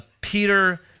Peter